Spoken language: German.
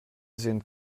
sind